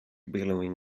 billowing